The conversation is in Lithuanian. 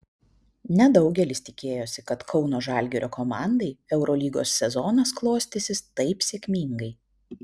nedaugelis tikėjosi kad kauno žalgirio komandai eurolygos sezonas klostysis taip sėkmingai